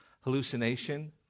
hallucination